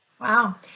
Wow